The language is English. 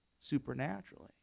supernaturally